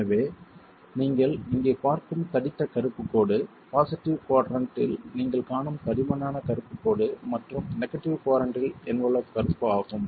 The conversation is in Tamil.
எனவே நீங்கள் இங்கே பார்க்கும் தடித்த கருப்பு கோடு பாசிட்டிவ் குவாட்ரண்ட் இல் நீங்கள் காணும் தடிமனான கறுப்புக் கோடு மற்றும் நெகடிவ் குவாட்ரண்ட் இல் என்வலப் கர்வ் ஆகும்